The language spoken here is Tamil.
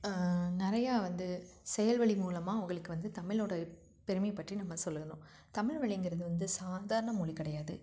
நிறையா வந்து செயல்வழி மூலமாக அவங்களுக்கு வந்து தமிழோட பெருமையை பற்றி நம்ம சொல்லலாம் தமிழ் வழிங்கறது வந்து சாதாரண மொழி கிடையாது